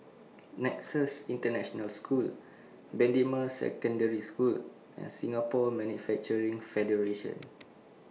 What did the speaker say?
Nexus International School Bendemeer Secondary School and Singapore Manufacturing Federation